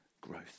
growth